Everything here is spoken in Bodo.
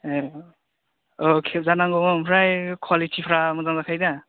ए औ खेबजानांगौ ओमफ्राय कुवालिटिफ्रा मोजां जाखायो दा